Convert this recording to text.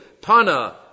Pana